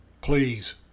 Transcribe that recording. Please